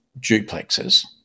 duplexes